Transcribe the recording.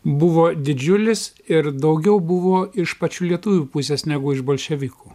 buvo didžiulis ir daugiau buvo iš pačių lietuvių pusės negu iš bolševikų